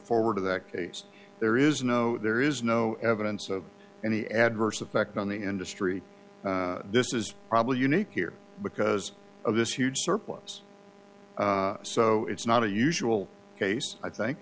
forward to that there is no there is no evidence of any adverse effect on the industry this is probably unique here because of this huge surplus so it's not a usual case i think